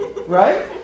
Right